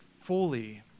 fully